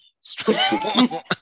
Stressful